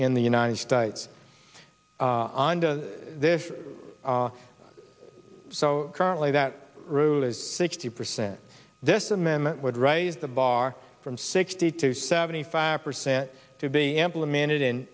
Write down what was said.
in the united states and this so currently that rule is sixty percent this amendment would raise the bar from sixty to seventy five percent to be implemented in